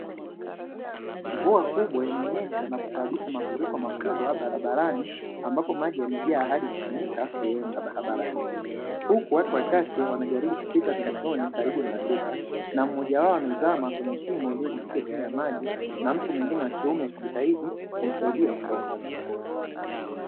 Mvua kubwa imenyesha na kusababisha mafuriko makubwa barabarani, ambapo maji yamejaa hadi kufunika sehemu ya barabara yote. Huku watu wachache wanajaribu kupita pembezoni karibu na ukuta na mmoja wao amezama kwenye shimo lililojificha chini ya maji na mtu mwingine wa kiume akijitahidi kumsaidia kutoka.